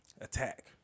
Attack